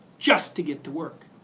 just to get to work.